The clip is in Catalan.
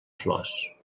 flors